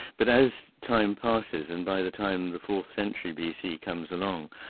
but as time passes, and by the time the fourth century bc comes along,